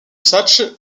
sachs